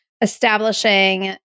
establishing